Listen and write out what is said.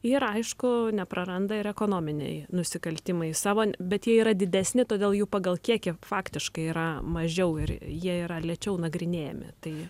ir aišku nepraranda ir ekonominiai nusikaltimai savo bet jie yra didesni todėl jų pagal kiekį faktiškai yra mažiau ir jie yra lėčiau nagrinėjami tai